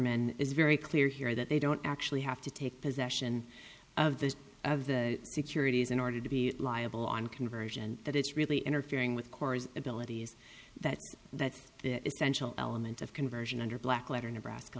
men is very clear here that they don't actually have to take possession of this of the securities in order to be liable on conversion and that it's really interfering with corps abilities that that's the essential element of conversion under blackletter nebraska